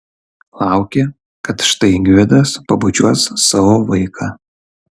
laukė kad štai gvidas pabučiuos savo vaiką